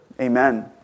Amen